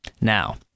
Now